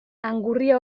angurria